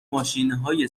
ماشینهای